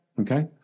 okay